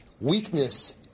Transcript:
Weakness